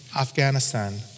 Afghanistan